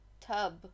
tub